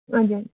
हजुर